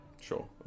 sure